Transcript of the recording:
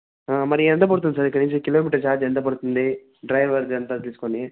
మరి ఎంత పడుతుంది సార్ ఇక్కడ్నుంచి కిలోమీటర్ చార్జ్ ఎంత పడుతుంది డ్రైవర్ది అంతా చూసుకొని